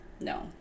No